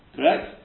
Correct